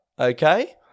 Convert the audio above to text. okay